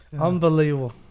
unbelievable